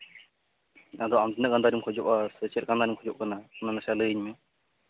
ᱟᱫᱚ ᱟᱢ ᱛᱤᱱᱟᱹᱜ ᱜᱟᱱ ᱫᱟᱨᱮᱢ ᱠᱷᱚᱡᱚᱜᱼᱟ ᱥᱮ ᱪᱮᱫ ᱞᱮᱠᱟᱱᱟᱜ ᱮᱢ ᱠᱷᱚᱡᱚᱜ ᱠᱟᱱᱟ ᱚᱱᱟ ᱱᱟᱥᱮᱭᱟᱜ ᱞᱟᱹᱭᱟᱹᱧ ᱢᱮ